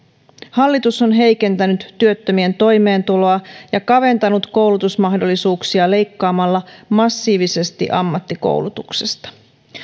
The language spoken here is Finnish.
hallitus on heikentänyt työttömien toimeentuloa ja kaventanut koulutusmahdollisuuksia leikkaamalla massiivisesti ammattikoulutuksesta